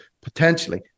potentially